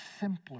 simpler